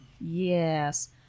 Yes